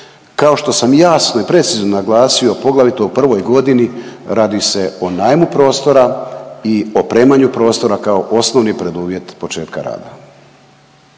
kao što sam jasno i precizno naglasio, a poglavito u prvoj godini radi se o najmu prostora i opremanju prostora kao osnovni preduvjet početka rada.